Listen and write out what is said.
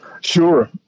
Sure